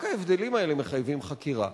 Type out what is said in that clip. רק ההבדלים האלה מחייבים חקירה.